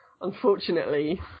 unfortunately